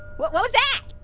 what what was that?